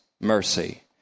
mercy